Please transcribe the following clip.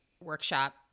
workshop